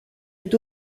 est